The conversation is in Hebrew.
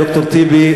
ד"ר טיבי,